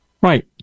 right